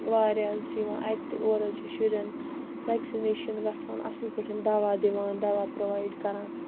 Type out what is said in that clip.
واریاہ حظ چھِ یِوان اَتہِ تہِ اورٕ حظ چھُ شُرٮ۪ن ویٚکسِنیشَن گَژھان اَصل پٲٹھۍ دَوا دِوان دَوا پرووایڈ کَران